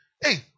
hey